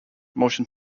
motion